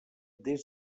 des